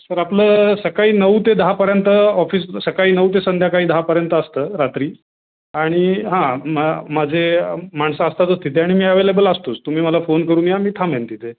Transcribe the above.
sir आपलं सकाळी नऊ ते दहापर्यंत ऑफिस सकाळी नऊ ते संध्याकाळी दहापर्यंत असतं रात्री आणि हां मग माझे माणसं असतातच तिथे आणि मी ॲव्हेलेबल असतोच तुम्ही मला फोन करून या मी थांबेन तिथे